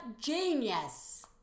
genius